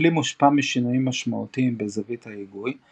הכלי מושפע משינויים משמעותיים בזווית ההיגוי,